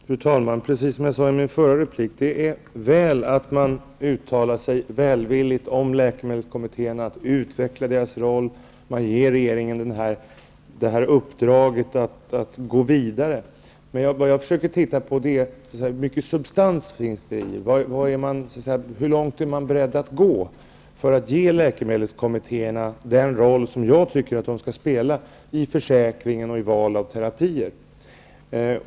Fru talman! Precis som jag sade i min förra replik är det väl att man uttalar sig välvilligt om läkemedelskommittéerna, om att deras roll skall utvecklas. Man ger regeringen uppdraget att gå vidare. Vad jag försöker se på är hur mycket substans det finns, hur långt man är beredd att gå för att ge läkemedelskommittéerna den roll jag tycker att de skall spela i försäkringen och vid val av terapier.